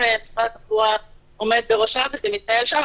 משרד התחבורה עמד בראשה וזה מתנהל שם.